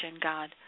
God